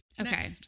Okay